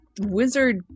wizard